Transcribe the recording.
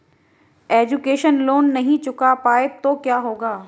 Education loan नहीं चुका पाए तो क्या होगा?